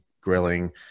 grilling